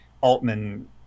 Altman